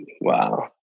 Wow